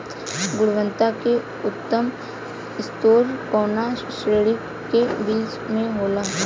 गुणवत्ता क उच्चतम स्तर कउना श्रेणी क बीज मे होला?